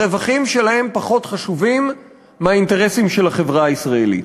הרווחים שלהם פחות חשובים מהאינטרסים של החברה הישראלית.